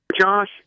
Josh